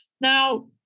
Now